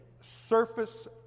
surface